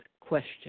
Question